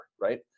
right